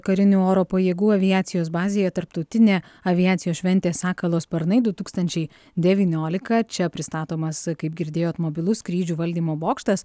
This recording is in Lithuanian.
karinių oro pajėgų aviacijos bazėje tarptautinė aviacijos šventė sakalo sparnai du tūkstančiai devyniolika čia pristatomas kaip girdėjot mobilus skrydžių valdymo bokštas